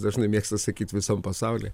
dažnai mėgsta sakyti visam pasauly